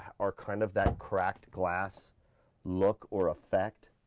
are kind of that cracked glass look or effect,